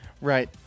Right